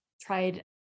tried